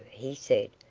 he said.